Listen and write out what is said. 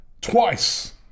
twice